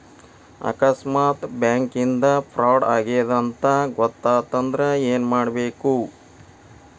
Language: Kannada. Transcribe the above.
ಆಕಸ್ಮಾತ್ ಬ್ಯಾಂಕಿಂದಾ ಫ್ರಾಡ್ ಆಗೇದ್ ಅಂತ್ ಗೊತಾತಂದ್ರ ಏನ್ಮಾಡ್ಬೇಕು?